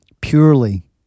purely